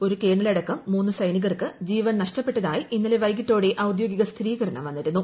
ഒരു കേണലടക്കം മൂന്നു സൈനികർക്ക് ജീവൻ നഷ്ടപ്പെട്ടതായി ഇന്നലെ വൈകിട്ടോടെ ഔദ്യോഗിക സ്ഥിരീകരണം വന്നിരുന്നു